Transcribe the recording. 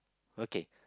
okay